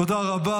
תודה רבה.